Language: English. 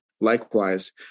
Likewise